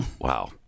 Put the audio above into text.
Wow